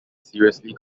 seriously